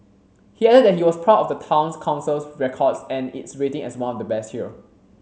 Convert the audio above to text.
he added that he was proud of the Town Council's records and its rating as one of the best here